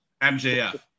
MJF